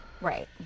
Right